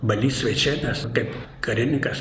balys vaičėnas kaip karininkas